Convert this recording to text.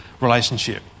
relationship